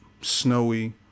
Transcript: snowy